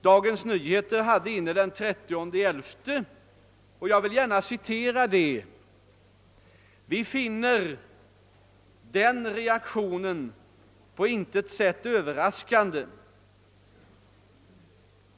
Dagens Nyheter skrev t.ex. den 30 november följande, vilket jag gärna vill citera: »Vi finner den reaktionen på intet sätt överraskande.